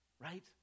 right